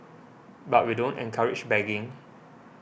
but we don't encourage begging